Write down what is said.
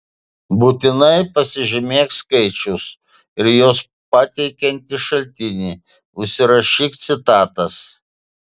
būtinai pasižymėk skaičius ir juos pateikiantį šaltinį užsirašyk citatas